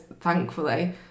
thankfully